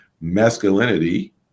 Masculinity